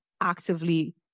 actively